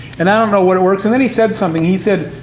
and i don't know what works, and then he said something. he said,